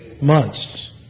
months